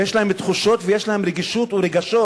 ויש להם תחושות, ויש להם רגישות ורגשות.